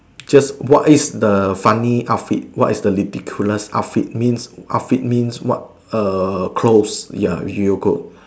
just what is the funny outfit what is the ridiculous outfit means outfit mean what err clothes ya you could